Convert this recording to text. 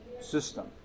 system